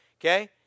Okay